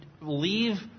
leave